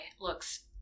looks